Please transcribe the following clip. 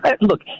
look